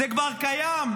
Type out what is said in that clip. זה כבר קיים.